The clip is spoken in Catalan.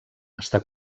està